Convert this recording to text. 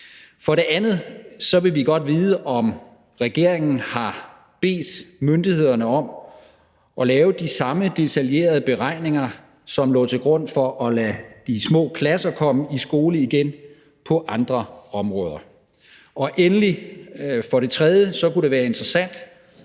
For det andet vil vi godt vide, om regeringen har bedt myndighederne om at lave de samme detaljerede beregninger, som lå til grund for at lade de små klasser komme i skole igen, og på andre områder. Endelig kunne det for det tredje være interessant